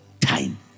time